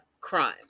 crime